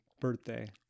birthday